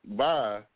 bye